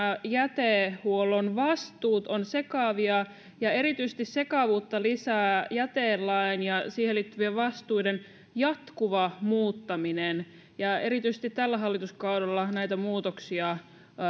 jätehuollon vastuut ovat sekavia ja erityisesti sekavuutta lisää jätelain ja siihen liittyvien vastuiden jatkuva muuttaminen ja erityisesti tällä hallituskaudella näitä muutoksia